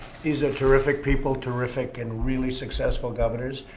these are terrific people, terrific and really successful governors.